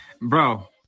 Bro